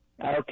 Okay